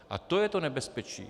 A to je to nebezpečí.